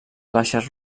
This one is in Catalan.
baixes